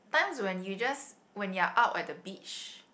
times when you just when your out at the beach